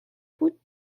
بود